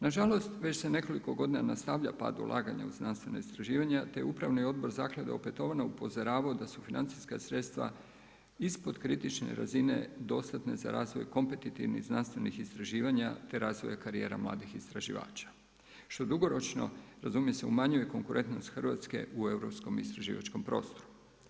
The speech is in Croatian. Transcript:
Na žalost već se nekoliko godina nastavlja pad ulaganja u znanstvena istraživanja, te je Upravni odbor Zaklade opetovano upozoravao da su financijska sredstva ispod kritične razine dostatne za razvoj kompetitivnih znanstvenih istraživanja, te razvoja karijera mladih istraživača što dugoročno razumije se umanjuje konkurentnost Hrvatske u europskom istraživačkom prostoru.